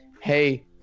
hey